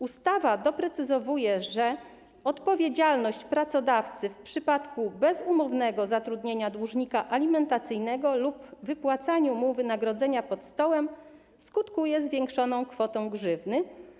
Ustawa doprecyzowuje, że odpowiedzialność pracodawcy w przypadku bezumownego zatrudnienia dłużnika alimentacyjnego lub wypłacania mu wynagrodzenia pod stołem skutkuje zwiększoną kwotą grzywny.